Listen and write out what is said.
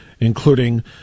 including